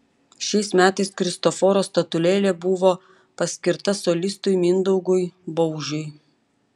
šiais metais kristoforo statulėlė buvo paskirta solistui mindaugui baužiui